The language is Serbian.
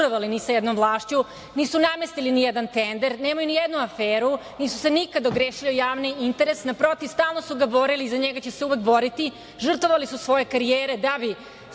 nisu namestili nijedan tender, nemaju nijednu aferu, nisu se nikad ogrešili o javni interes, naprotiv stalno su se borili i za njega će se uvek boriti, žrtvovali su svoje karijere da bi